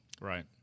Right